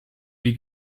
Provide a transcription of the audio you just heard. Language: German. wie